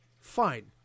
fine